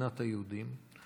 "מדינת היהודים".